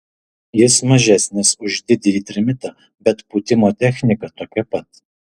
jis mažesnis už didįjį trimitą bet pūtimo technika tokia pat